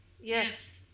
Yes